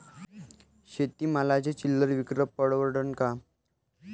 शेती मालाची चिल्लर विक्री परवडन का?